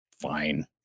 fine